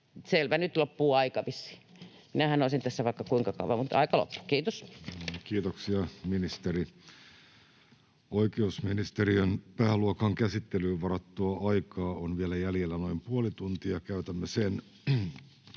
Selvä, nyt loppuu aika vissiin. Minähän olisin tässä vaikka kuinka kauan, mutta aika loppui. — Kiitos. Kiitoksia, ministeri. — Oikeusministeriön pääluokan käsittelyyn varattua aikaa on vielä jäljellä noin puoli tuntia. Käytämme sen